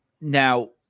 Now